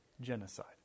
genocide